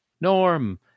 Norm